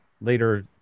later